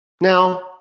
Now